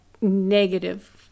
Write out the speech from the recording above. negative